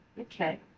okay